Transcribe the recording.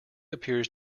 appears